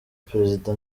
perezida